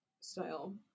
style